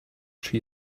she